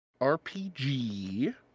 RPG